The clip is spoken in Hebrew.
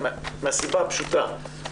מהסיבה הפשוטה,